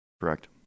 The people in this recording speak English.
Correct